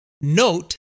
Note